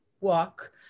walk